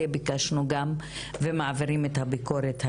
ביקשנו גם ומעבירים את הביקורת היום,